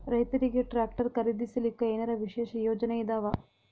ರೈತರಿಗೆ ಟ್ರಾಕ್ಟರ್ ಖರೀದಿಸಲಿಕ್ಕ ಏನರ ವಿಶೇಷ ಯೋಜನೆ ಇದಾವ?